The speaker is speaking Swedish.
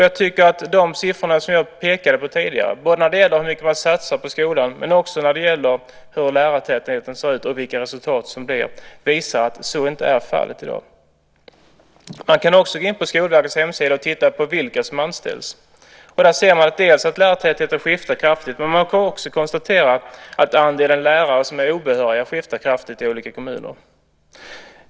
Jag tycker att de siffror som jag pekade på tidigare, vad gäller hur mycket man satsar på skolan men också vad gäller hur lärartätheten ser ut och vilka resultat som uppnås, visar att så inte är fallet i dag. Man kan också gå in på Skolverkets hemsida och titta på vilka som anställs. Där ser man att lärartätheten skiftar kraftigt, men man kan också konstatera att andelen lärare som är obehöriga skiftar kraftigt i olika kommuner.